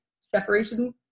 separation